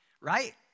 right